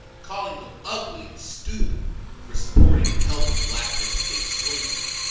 calling them ugly and stupid for supporting and helping black men escape slavery.